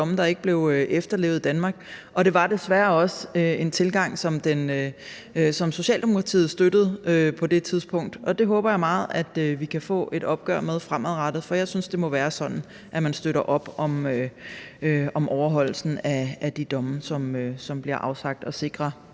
der ikke blev efterlevet i Danmark. Og det var desværre også en tilgang, som Socialdemokratiet støttede på det tidspunkt, og det håber jeg meget vi kan få et opgør med fremadrettet. For jeg synes, det må være sådan, at man støtter op om overholdelsen af de domme, som bliver afsagt, og sikrer